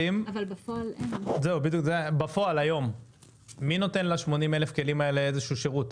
בפועל היום מי נותן ל-80,000 כלים האלה איזשהו שירות,